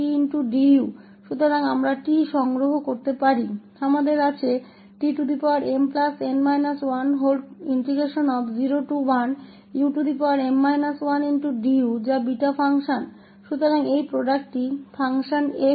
तो हम इस t को एकत्र कर सकते हैं हमारे पास tmn 101um 1n 1duहै जो बीटा फ़ंक्शन है